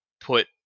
put